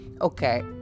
okay